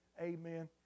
Amen